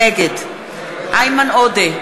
נגד איימן עודה,